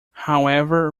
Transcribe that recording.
however